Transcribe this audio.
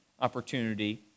opportunity